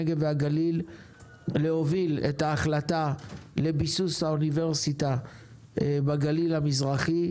הנגב והגליל להוביל את ההחלטה לביסוס אוניברסיטה בגליל המזרחי,